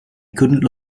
couldn’t